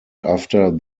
after